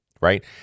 right